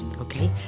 Okay